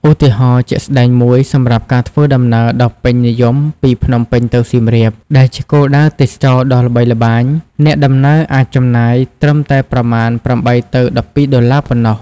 ឧទាហរណ៍ជាក់ស្តែងមួយ សម្រាប់ការធ្វើដំណើរដ៏ពេញនិយមពី ភ្នំពេញទៅសៀមរាប ដែលជាគោលដៅទេសចរណ៍ដ៏ល្បីល្បាញ អ្នកដំណើរអាចចំណាយត្រឹមតែប្រមាណ ៨ទៅ១២ ដុល្លារប៉ុណ្ណោះ។